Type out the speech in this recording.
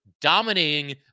dominating